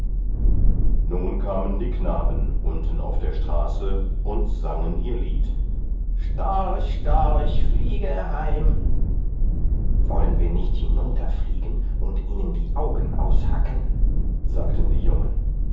nun kamen die knaben unten auf der straße und sangen ihr lied storch storch fliege heim wollen wir nicht hinunterfliegen und ihnen die augen aushacken sagten die jungen